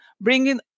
bringing